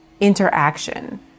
interaction